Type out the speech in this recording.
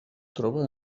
troba